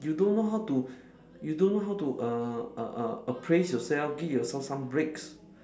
you don't know how to you don't know how to uh uh uh appraise yourself give yourself some breaks